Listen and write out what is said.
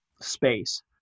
space